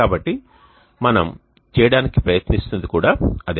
కాబట్టి మనము చేయడానికి ప్రయత్నిస్తున్నది కూడా అదే